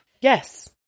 Yes